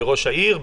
בראש העיר?